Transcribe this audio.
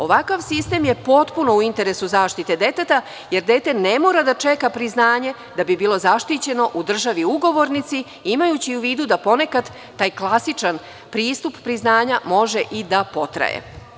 Ovakav sistem je potpuno u interesu zaštite deteta, jer dete ne mora da čeka priznanje da bi bilo zaštićeno u državi ugovornici imajući u vidu da ponekad taj klasičan pristup priznanja može i da potraje.